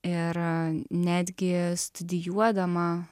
ir netgi studijuodama